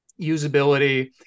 usability